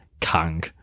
Kang